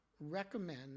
recommend